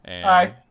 Hi